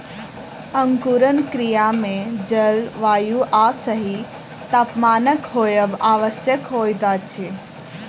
अंकुरण क्रिया मे जल, वायु आ सही तापमानक होयब आवश्यक होइत अछि